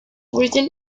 written